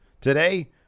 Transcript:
today